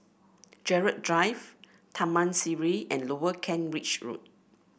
Gerald Drive Taman Sireh and Lower Kent Ridge Road